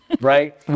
right